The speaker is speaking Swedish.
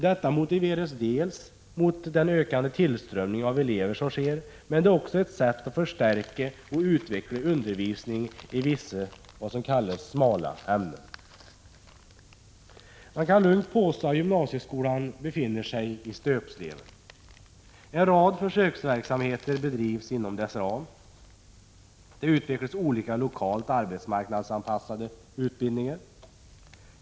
Detta motiveras av den ökande tillströmningen av elever, men det är också ett sätt att förstärka och utveckla undervisning i vissa s.k. smala ämnen. Man kan lugnt påstå att gymnasieskolan befinner sig i stöpsleven. En rad försöksverksamheter bedrivs inom dess ram. Det utvecklas olika lokalt arbetsmarknadsanpassade utbildningar.